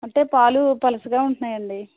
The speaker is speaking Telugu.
అంటే పాలు పలుచగా ఉంటున్నాయి అండి